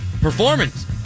performance